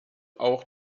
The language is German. auch